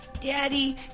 Daddy